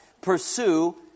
pursue